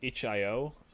hio